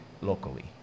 locally